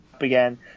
again